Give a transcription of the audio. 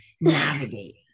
navigate